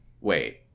wait